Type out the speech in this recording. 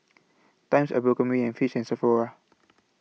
Times Abercrombie and Fitch and Sephora